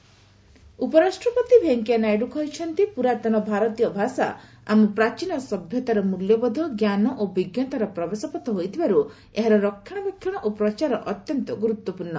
vice president ଉପରାଷ୍ଟ୍ରପତି ଭେଙ୍କିୟାନାଇଡୁ କହିଛନ୍ତି ପୁରାତନ ଭାରତୀୟ ଭାଷା ଆମ ପ୍ରାଚୀନ ସଭ୍ୟତାର ମୂଲ୍ୟବୋଧ ଞ୍ଜାନ ଓ ବିଜ୍ଞତାର ପ୍ରବେଶପଥ ହୋଇଥିବାରୁ ଏହାର ରକ୍ଷଣାବେକ୍ଷଣ ଓ ପ୍ରଚାର ଅତ୍ୟନ୍ତ ଗୁରୁତ୍ୱପୂର୍ଣ୍ଣ